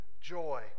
joy